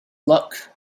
luck